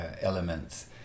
elements